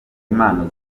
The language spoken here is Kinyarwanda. impano